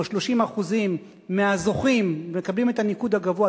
30% מהזוכים מקבלים את הניקוד הגבוה,